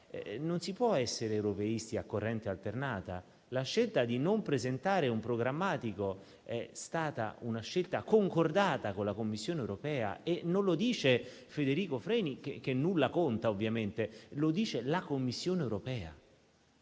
non si può essere europeisti a corrente alternata - di non presentare un quadro programmatico. Tale scelta è stata concordata con la Commissione europea e questo non lo dice Federico Freni, che nulla conta ovviamente, ma la Commissione europea.